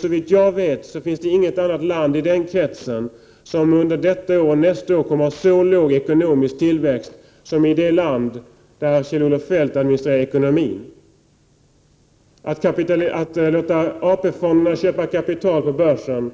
Såvitt jag vet finns det inget annat land i västvärlden som detta år och nästa år kommer att ha så låg ekonomisk tillväxt som det land där Kjell-Olof Feldt administrerar ekonomin. Att låta AP-fonderna köpa kapital på börsen